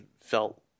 felt